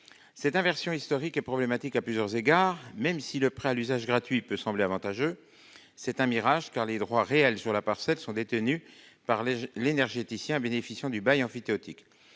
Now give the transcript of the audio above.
Cette inversion historique est problématique à plusieurs égards. Même si le prêt à l'usage gratuit peut sembler avantageux, c'est un mirage, car les droits réels sur la parcelle sont détenus par les l'énergéticien bénéficiant du bail emphytéotique.